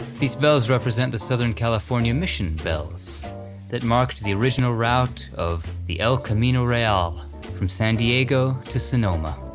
these bells represent the southern california mission bells that marked the original route of the el camino real from san diego to sonoma.